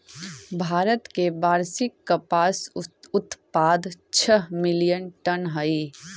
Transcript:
भारत के वार्षिक कपास उत्पाद छः मिलियन टन हई